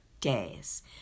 days